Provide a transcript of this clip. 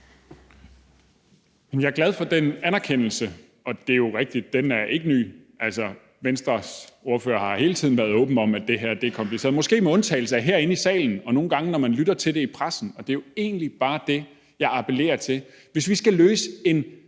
Jeg er glad for den anerkendelse. Og det er jo rigtigt, at den ikke er ny. Altså, Venstres ordfører har hele tiden været åben om, at det her er kompliceret, måske med undtagelse af herinde i salen og nogle gange, når man lytter til det i pressen. Og det er jo egentlig bare det, jeg appellerer til, hvis vi skal løse en